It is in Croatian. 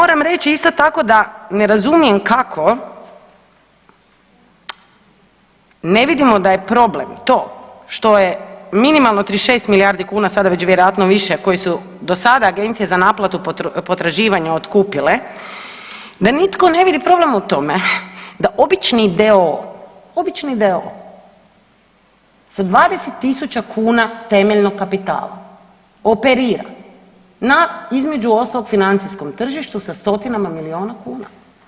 Moram reći isto tako da ne razumijem kako ne vidimo da je problem to što je minimalno 36 milijardi kuna sada već vjerojatno više koji su do sada agencije za naplatu potraživanja otkupile, da nitko ne vidi problem u tome da obični d.o.o., obični d.o.o. sa 20.000 kuna temeljnog kapitala operira na između ostalog financijskom tržištu sa stotinama milijuna kuna.